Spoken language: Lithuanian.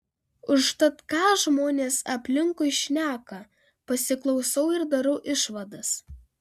užtat ką žmonės aplinkui šneka pasiklausau ir darau išvadas